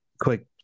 quick